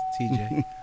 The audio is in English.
TJ